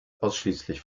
ausschließlich